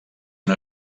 una